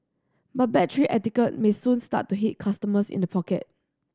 but bad tray etiquette may soon start to hit customers in the pocket